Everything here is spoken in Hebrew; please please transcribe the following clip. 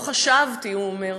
לא חשבתי, הוא אומר,